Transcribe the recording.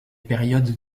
périodes